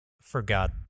forgot